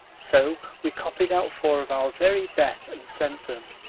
so we copied out four of our very best and sent them.